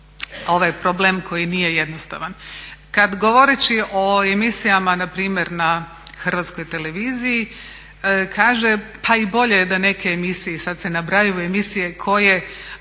ovaj problem koji jednostavan, kad govoreći o emisijama npr. na Hrvatskoj televiziji kaže pa i bolje je da neke emisije, sad se nabrajaju emisije koje